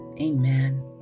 amen